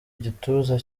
gituza